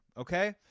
Okay